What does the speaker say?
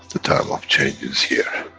the time of change is here.